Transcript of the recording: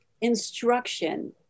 instruction